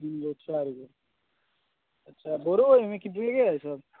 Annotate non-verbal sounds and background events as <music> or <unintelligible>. तीन गो चारि गो अच्छा बोरो अइ ओहिमे की <unintelligible> अइ सब